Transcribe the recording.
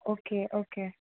okay okay